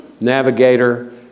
navigator